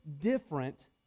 different